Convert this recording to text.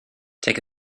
take